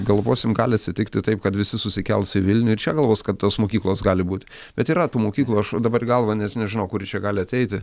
galvosim gali atsitikti taip kad visi susikels į vilnių ir čia galvos kad tos mokyklos gali būti bet yra tų mokyklų aš va dabar į galvą net nežinau kuri čia gali ateiti